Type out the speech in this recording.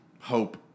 hope